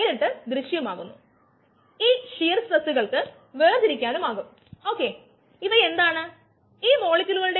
ഇത് ഒരു വോള്യൂമെട്രിക് അടിസ്ഥാനത്തിലാണ് ഇത് മാസ് അടിസ്ഥാനത്തിലാണ്